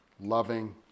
loving